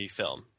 film